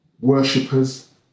Worshippers